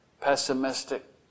pessimistic